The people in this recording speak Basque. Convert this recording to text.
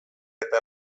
eta